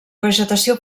vegetació